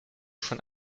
schon